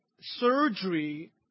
surgery